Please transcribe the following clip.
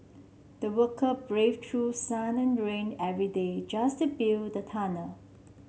the worker braved through sun and rain every day just to build the tunnel